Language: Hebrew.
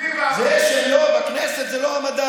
יהודי וערבים, זה שהם לא בכנסת זה לא המדד,